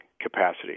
Capacity